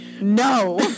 No